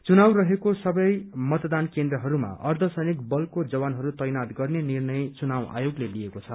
चुनाव रहेको सबै मतदान केन्द्रहरूमा अर्छसैनिक बलको जवानहरू तैनाथ गर्ने निर्णय चुनाव आयोगले लिएको छ